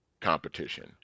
competition